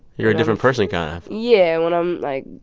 you're a different person, kind of yeah, when i'm, like,